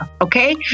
Okay